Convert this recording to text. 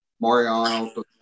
Mariano